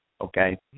Okay